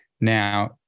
now